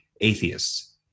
atheists